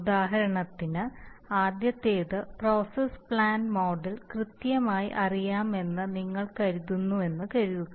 ഉദാഹരണത്തിന് ആദ്യത്തേത് process plant model കൃത്യമായി അറിയാമെന്ന് നിങ്ങൾ കരുതുന്നുവെന്ന് കരുതുക